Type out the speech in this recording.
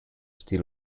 still